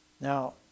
Now